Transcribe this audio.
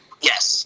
Yes